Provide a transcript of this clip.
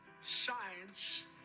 science